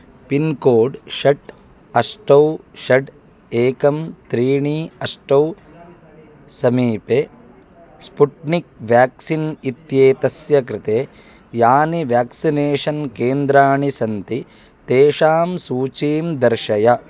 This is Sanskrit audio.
पिन्कोड् षट् अष्टौ षद् एकं त्रीणि अष्टौ समीपे स्पुट्निक् व्याक्सिन् इत्येतस्य कृते यानि व्याक्सिनेषन् केन्द्राणि सन्ति तेषां सूचीं दर्शय